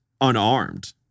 unarmed